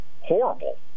horrible